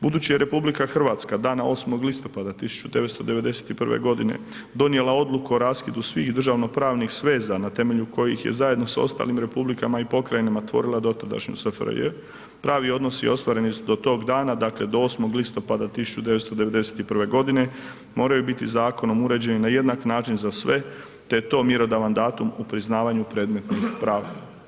Budući je RH dana 8. listopada 1991. g. donijela odluku o raskidu svih državnopravnih sveza na temelju kojih je zajedno s ostalim republikama i pokrajinama tvorila dotadašnju SFRJ, pravi odnosi ostvareni su do tog dana, dakle do 8. listopada 1991. g. moraju biti zakonom uređeni na jednak način za sve te je to mjerodavan datum u priznavanju predmetnih prava.